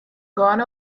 gone